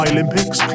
Olympics